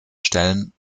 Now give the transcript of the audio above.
stellen